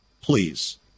please